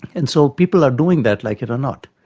and so people are doing that, like it or not.